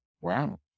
Wow